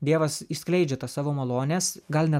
dievas išskleidžia tą savo malonės gal ne